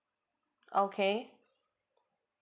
okay